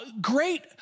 great